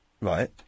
Right